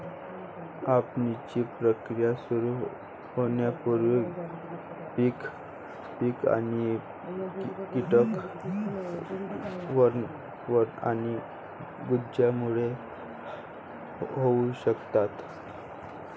कापणीची प्रक्रिया सुरू होण्यापूर्वी पीक आणि कीटक तण आणि गंजांमुळे होऊ शकतात